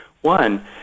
One